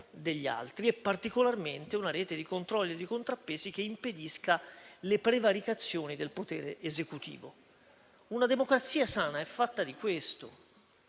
degli altri, e particolarmente una rete di controlli e di contrappesi che impedisca le prevaricazioni del potere esecutivo. Una democrazia sana è fatta di questo.